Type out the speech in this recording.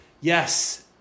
Yes